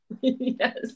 yes